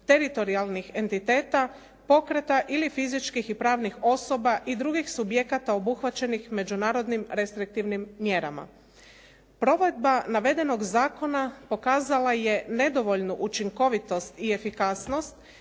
teritorijalnih entiteta, pokreta ili fizičkih i pravnih osoba i drugih subjekata obuhvaćenih međunarodnim restriktivnim mjerama. Provedba navedenog zakona pokazala je nedovoljnu učinkovitost i efikasnost